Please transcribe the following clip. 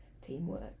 teamwork